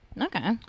Okay